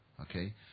Okay